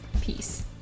peace